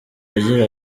agira